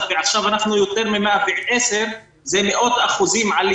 ועכשיו אנחנו יותר מ-110 זו עלייה של מאות אחוזים.